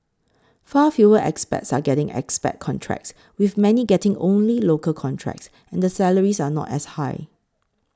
far fewer expats are getting expat contracts with many getting only local contracts and the salaries are not as high